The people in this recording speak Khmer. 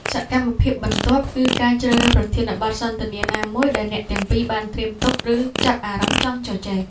សកម្មភាពបន្ទាប់គឺការជ្រើសរើសប្រធានបទសន្ទនាណាមួយដែលអ្នកទាំងពីរបានត្រៀមទុក ឬចាប់អារម្មណ៍ចង់ជជែក។